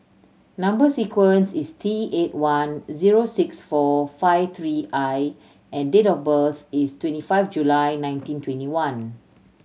number sequence is T eight one zero six four five three I and date of birth is twenty five July nineteen twenty one